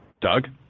Doug